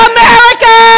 America